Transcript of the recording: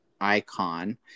icon